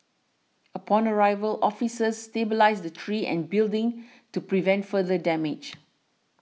upon arrival officers stabilised the tree and building to prevent further damage